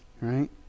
right